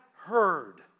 heard